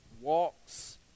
walks